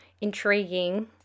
intriguing